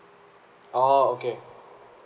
orh okay